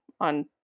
on